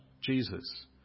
Jesus